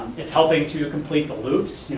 it's helping to complete the loops.